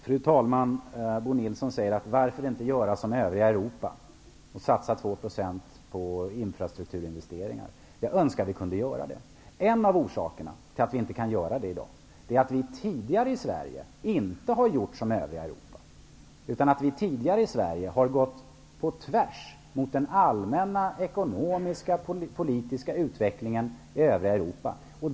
Fru talman! Bo Nilsson säger: Varför inte göra som övriga Europa och satsa 2 % av bruttonationalprodukten på infrastrukturinvesteringar? Jag önskar att vi kunde göra det. En av orsakerna till att vi inte kan göra det i dag är att vi tidigare i Sverige inte har gjort som övriga Europa. Vi har gått på tvärs mot den allmänna ekonomisk-politiska utvecklingen i övriga Europa.